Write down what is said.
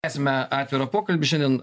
tęsiame atvirą pokalbį šiandien